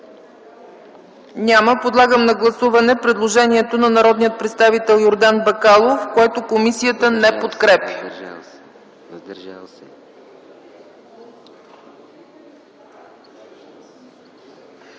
Няма. Подлагам на гласуване предложението на народния представител Йордан Бакалов, което комисията не подкрепя.